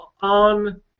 on